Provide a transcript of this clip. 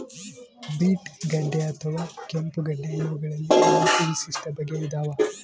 beet ಗಡ್ಡೆ ಅಥವಾ ಕೆಂಪುಗಡ್ಡೆ ಇವಗಳಲ್ಲಿ ನಾಲ್ಕು ವಿಶಿಷ್ಟ ಬಗೆ ಇದಾವ